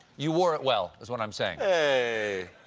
you wore it well is what i'm saying. hey!